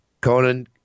Conan